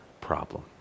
problem